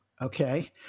Okay